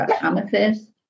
amethyst